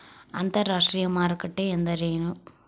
ಅಂತರಾಷ್ಟ್ರೇಯ ಮಾರುಕಟ್ಟೆ ಎಂದರೇನು?